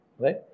right